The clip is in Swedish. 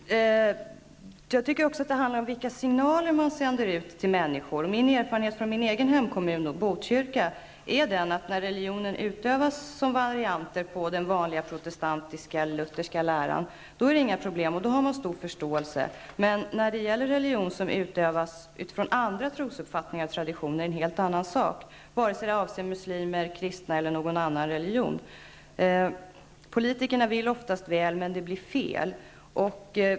Herr talman! Jag tycker också att det handlar om vilka signaler som sänds ut till människor. Min erfarenhet från min egen hemkommun, Botkyrka, är den att när religionen utövas som varianter på den vanliga protestantiska Lutherska läran är det inga problem och då har man stor förståelse. Men när det gäller religion som utövas utifrån andra trosuppfattningar och traditioner är det en helt annan sak, vare sig det är fråga om muslimer, kristna eller anhängare av någon annan religion. Politikerna vill oftast väl, men det blir fel.